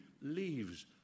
leaves